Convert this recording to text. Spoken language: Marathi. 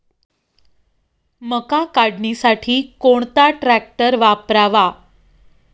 मका काढणीसाठी कोणता ट्रॅक्टर वापरावा?